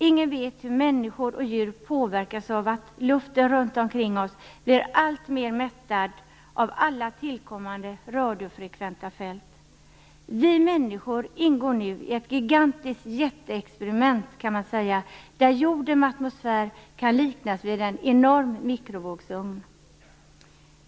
Ingen vet hur människor och djur påverkas av att luften runt omkring oss blir alltmer mättad av alla tillkommande radiofrekventa fält. Vi människor ingår i ett gigantiskt jätteexperiment, kan man säga, där jorden med atmosfär kan liknas vid en enorm mikrovågsugn.